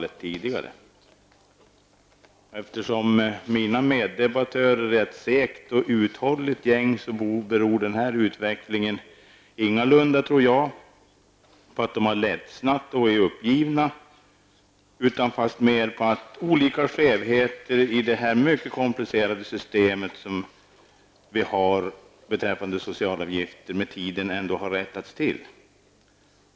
Eftersom mina meddebattörer är ett segt och uthålligt släkte, tror jag inte att denna utveckling beror på att de har ledsnat och givit upp, utan fastmer på att de olika skevheter i det mycket komplicerade system som vi har beträffande socialavgifter med tiden ändå har rättats till.